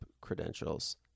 credentials